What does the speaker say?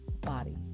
body